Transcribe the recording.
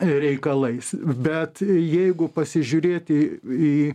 reikalais bet jeigu pasižiūrėti į